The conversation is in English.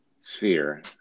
sphere